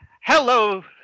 hello